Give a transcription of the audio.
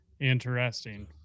Interesting